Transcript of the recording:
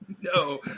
No